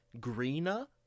greener